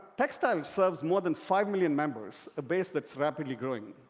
techstyle serves more than five million members, a base that's rapidly growing.